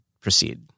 proceed